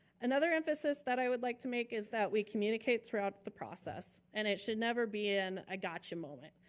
another emphasis that i would like to make is that we communicate throughout the process and it should never be an i gotcha moment.